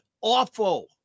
awful